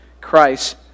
Christ